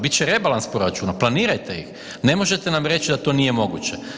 Bit će rebalans proračuna, planirajte ih, ne možete nam reći da to nije moguće.